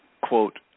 quote